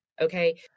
Okay